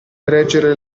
reggere